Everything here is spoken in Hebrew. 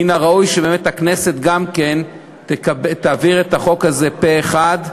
מן הראוי באמת שהכנסת גם תעביר את החוק הזה פה-אחד.